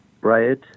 Right